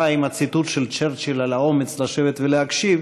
עם הציטוט של צ'רצ'יל על האומץ לשבת ולהקשיב,